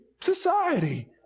society